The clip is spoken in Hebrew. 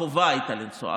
חובה הייתה לנסוע.